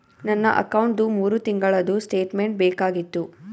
ನನ್ನ ಅಕೌಂಟ್ದು ಮೂರು ತಿಂಗಳದು ಸ್ಟೇಟ್ಮೆಂಟ್ ಬೇಕಾಗಿತ್ತು?